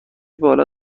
بالا